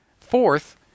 Fourth